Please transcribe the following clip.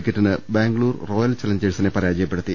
വിക്കറ്റിന് ബാംഗ്ലൂർ റോയൽ ചലഞ്ചേഴ്സിനെ പരാജയപ്പെടുത്തി